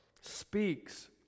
speaks